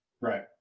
Right